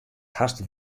hast